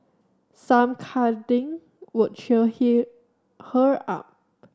some cuddling would cheer here her up